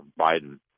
Biden